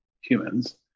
humans